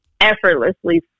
effortlessly